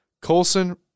Colson